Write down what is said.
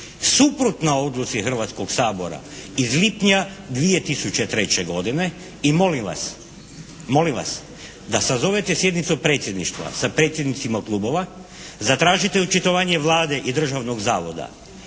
suprotna odluci Hrvatskoga sabora iz lipnja 2003. godine i molim vas, da sazovete sjednicu Predsjedništva sa predsjednicima klubova, zatražite očitovanje Vlade i državnog zavod